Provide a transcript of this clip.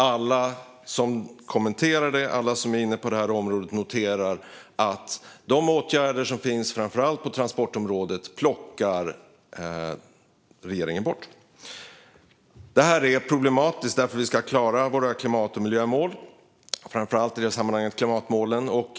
Alla som är inne på det här området och kommenterar noterar att regeringen plockar bort de åtgärder som finns, framför allt på transportområdet. Det här är problematiskt när det gäller att klara våra klimat och miljömål, i det här sammanhanget framför allt klimatmålen.